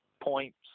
points